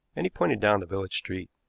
and he pointed down the village street.